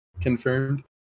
Confirmed